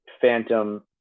phantom